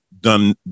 done